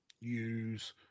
Use